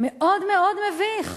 מאוד מאוד מביך,